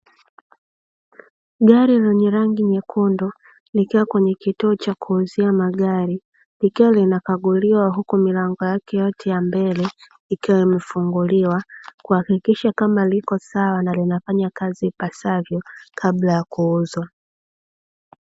Gari lenye rangi nyekundu likiwa kwenye kituo cha kuuzia magari likiwa linakaguliwa, huku milango yake yote ya mbele ikiwa imefunguliwa kuhakikisha kama liko sawa na linafanya kazi ipasavyo kabla ya kuuzwa.